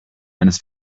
eines